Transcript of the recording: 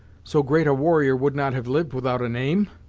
so great a warrior would not have lived without a name?